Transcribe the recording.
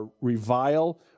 revile